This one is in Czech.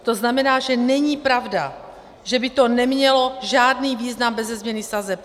To znamená, že není pravda, že by to nemělo žádný význam beze změny sazeb.